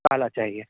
کالا چاہیے